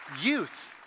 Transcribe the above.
youth